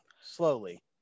slowly